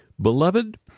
Beloved